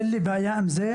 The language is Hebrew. אין לי בעיה עם זה.